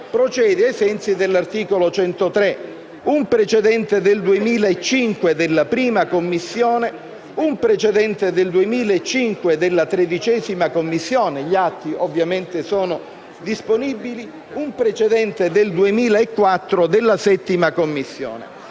procede ai sensi dell'articolo 103; un precedente del 2005 della 1a Commissione, un precedente del 2005 della 13a Commissione (gli atti, ovviamente, sono disponibili) e un precedente del 2004 della 7a Commissione.